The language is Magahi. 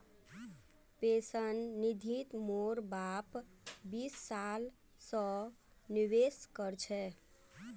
पेंशन निधित मोर बाप बीस साल स निवेश कर छ